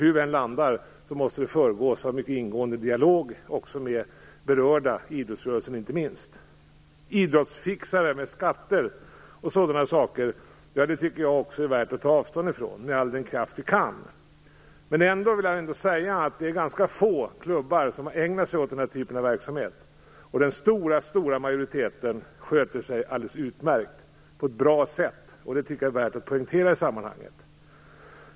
Hur vi än landar måste det föregås av en mycket ingående dialog, inte minst med berörda i idrottsrörelsen. Fixande med skatter och sådant tycker också jag att vi med all kraft skall ta avstånd ifrån. Men det är ganska få klubbar som ägnar sig åt sådan verksamhet. Den stora majoriteten sköter sig alldeles utmärkt. Det är värt att poängtera i sammanhanget.